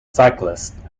cyclists